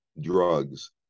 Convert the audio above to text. drugs